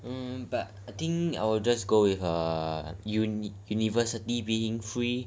mm but I think I will just go with uh university being free